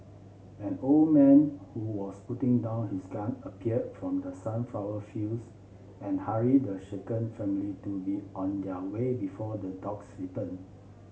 an old man who was putting down his gun appeared from the sunflower fields and hurried the shaken family to be on their way before the dogs return